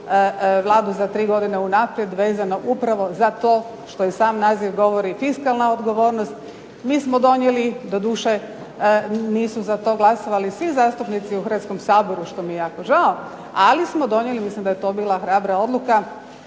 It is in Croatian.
Vladu za tri godine unaprijed, vezano upravo za to što i sam naziv govori, fiskalna odgovornost. Mi smo donijeli, doduše nisu za to glasovali svi zastupnici u Hrvatskom saboru što mi je jako žao, ali smo donijeli, mislim da je to bila hrabra odluka,